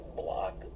block